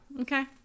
Okay